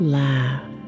laugh